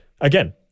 again